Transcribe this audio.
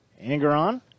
Angeron